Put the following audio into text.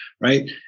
right